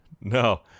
no